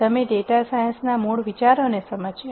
તમે ડેટા સાયન્સના મૂળ વિચારોને સમજ્યા